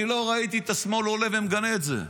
אני לא ראיתי את השמאל עולה ומגנה את זה.